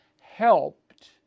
helped